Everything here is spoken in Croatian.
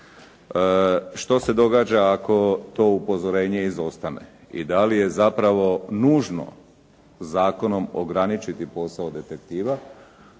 Što se događa ako to upozorenje izostane i da li je zapravo nužno zakonom ograničiti posao detektiva